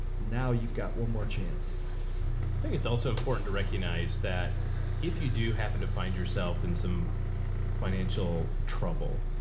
now you've got one more chance. i think og it's also important to recognize that if you do happen to find yourself in some financial trouble,